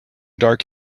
dark